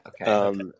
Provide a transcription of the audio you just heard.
Okay